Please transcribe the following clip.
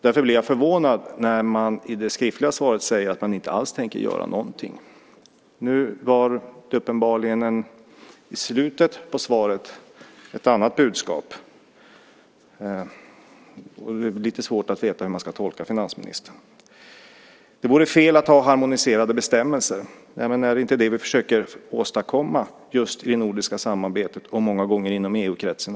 Därför blev jag förvånad när finansministern i det skriftliga svaret sade att han inte tänkte göra någonting alls. Nu var det dock, i slutet av svaret, uppenbarligen ett annat budskap. Det är lite svårt att veta hur man ska tolka finansministern. Det vore fel att ha harmoniserade bestämmelser, säger finansministern. Är det inte det som vi försöker åstadkomma inom det nordiska samarbetet, och många gånger även inom EU-kretsen?